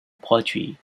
poetry